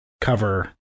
cover